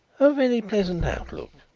a very pleasant outlook,